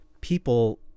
people